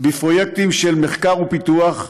בפרויקטים של מחקר ופיתוח,